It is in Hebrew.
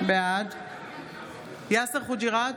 בעד יאסר חוג'יראת,